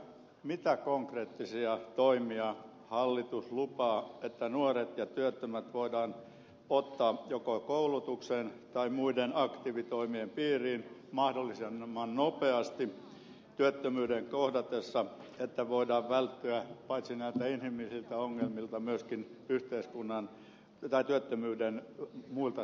mitä konkreettisia toimia hallitus lupaa että nuoret ja työttömät voidaan ottaa joko koulutukseen tai muiden aktiivitoimien piiriin mahdollisimman nopeasti työttömyyden kohdatessa että voidaan välttyä paitsi näiltä inhimillisiltä ongelmilta myöskin työttömyyden muilta seuraamuksilta